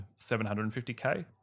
750K